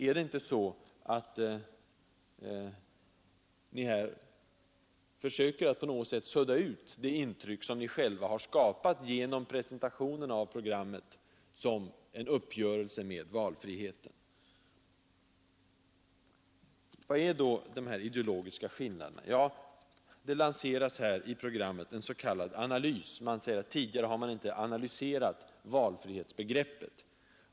Är det inte så att ni här försöker att på Am Gr — något sätt sudda ut det intryck, som ni själva har skapat genom Allmänpolitisk :- PE EE ae presentationen av programmet som en uppgörelse med valfriheten? Vari ligger då de ideologiska skillnaderna? Ja, det lanseras i programmet en s.k. analys. Det framhålles att man tidigare inte har analyserat valfrihetsbegreppet.